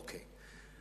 אוקיי,